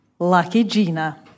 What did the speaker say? luckygina